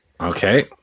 Okay